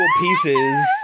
pieces